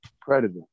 Predator